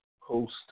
host